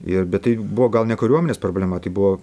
ir bet tai buvo gal ne kariuomenės problema tai buvo